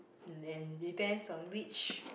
and depends on which